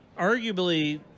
arguably